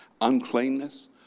uncleanness